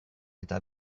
eta